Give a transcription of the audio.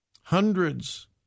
Hundreds